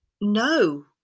no